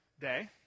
day